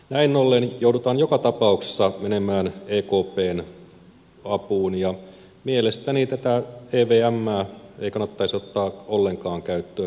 näin ollen joudutaan joka tapauksessa menemään ekpn apuun ja mielestäni tätä evmää ei kannattaisi ottaa ollenkaan käyttöön